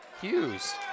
Hughes